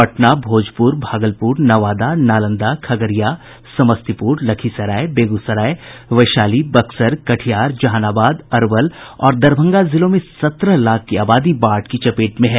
पटना भोजपुर भागलपुर नवादा नालंदा खगड़िया समस्तीपुर लखीसराय बेगूसराय वैशाली बक्सर कटिहार जहानाबाद अरवल और दरभंगा जिलों में लगभग सत्रह लाख की आबादी बाढ़ की चपेट में है